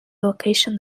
location